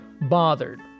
bothered